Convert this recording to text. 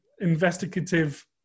Investigative